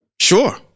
Sure